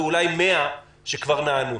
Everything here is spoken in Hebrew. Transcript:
ואולי 100 שכבר נענו.